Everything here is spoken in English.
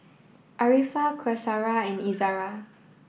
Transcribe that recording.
Arifa Qaisara and Izara